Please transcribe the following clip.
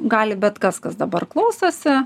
gali bet kas kas dabar klausosi